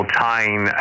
tying